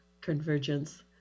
convergence